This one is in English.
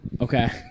Okay